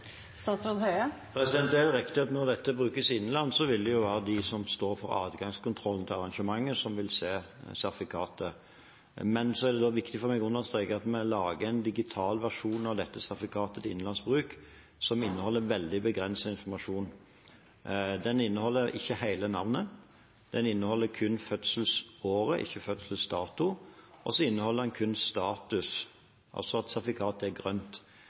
Det er riktig at når dette brukes innenlands, vil det være de som står for adgangskontrollen ved arrangementet, som vil se sertifikatet. Men da er det viktig for meg å understreke at vi lager en digital versjon av dette sertifikatet til innenlands bruk som inneholder veldig begrenset informasjon. Den inneholder ikke hele navnet. Den inneholder kun fødselsåret – ikke fødselsdatoen. Og den inneholder kun status, altså at sertifikatet er grønt.